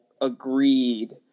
agreed